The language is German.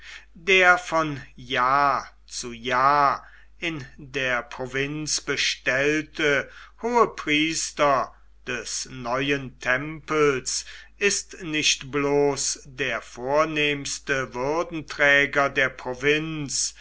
der von jahr zu jahr in der provinz bestellte hohepriester des neuen tempels ist nicht bloß der vornehmste würdenträger der provinz